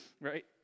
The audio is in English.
right